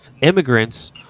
immigrants